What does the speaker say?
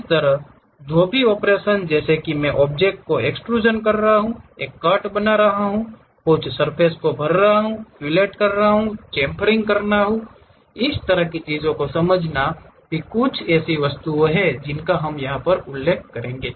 इसी तरह जो भी ऑपरेशन जैसे कि मैं ऑब्जेक्ट को एक्सट्रूज़न कर रहा हूं एक कट बना रहा हूं कुछ सर्फ़ेस को भरना फिलेट करना चंफेरीग करना इस तरह की चीजों का समजना भी कुछ ऐसी वस्तुएं हैं जिनका हम उल्लेख करेंगे